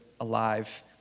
alive